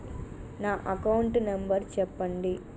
నా account number చెప్పండి?